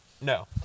no